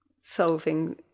solving